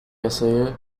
yasayı